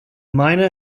miner